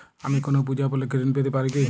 আমি কোনো পূজা উপলক্ষ্যে ঋন পেতে পারি কি?